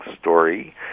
story